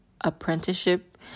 apprenticeship